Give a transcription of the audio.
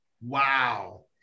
Wow